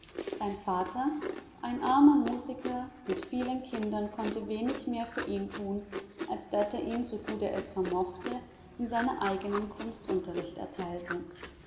sein vater ein armer musiker mit vielen kindern konnte wenig mehr für ihn tun als daß er ihm so gut er es vermochte in seiner eigenen kunst unterricht erteilte